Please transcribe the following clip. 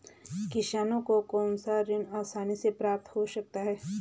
किसानों को कौनसा ऋण आसानी से प्राप्त हो सकता है?